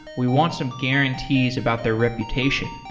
we want some guarantees about their reputation.